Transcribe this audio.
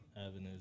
avenues